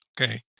okay